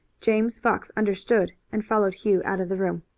james fox understood and followed hugh out of the room.